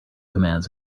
commands